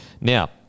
Now